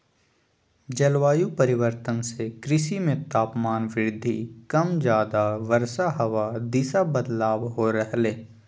जलवायु परिवर्तन से कृषि मे तापमान वृद्धि कम ज्यादा वर्षा हवा दिशा बदलाव हो रहले